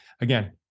again